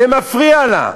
זה מפריע לה,